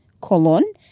colon